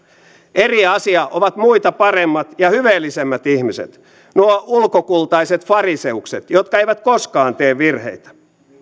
eri asia ovat muita paremmat ja hyveellisemmät ihmiset nuo ulkokultaiset fariseukset jotka eivät koskaan tee virheitä